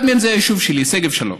אחד מהם זה היישוב שלי, שגב שלום.